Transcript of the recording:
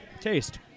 Taste